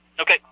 Okay